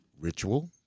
ritual